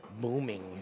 booming